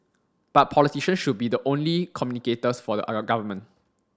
but politicians should be the only communicators for the government